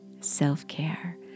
self-care